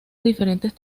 diferentes